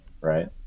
right